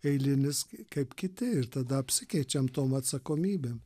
eilinis kaip kiti ir tada apsikeičiam tom atsakomybėm